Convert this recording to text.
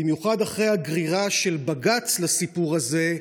במיוחד אחרי הגרירה של בג"ץ לסיפור הזה,